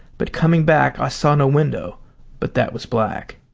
but coming back i saw no window but that was black.